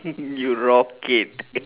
you rocket